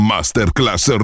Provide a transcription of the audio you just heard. Masterclass